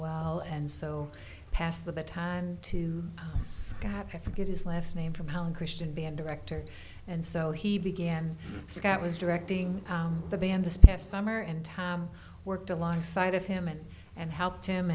well and so passed the baton to us god i forget his last name from helen christian band director and so he began scott was directing the and this past summer and tom worked alongside of him and and helped him